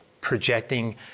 projecting